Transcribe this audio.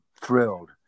thrilled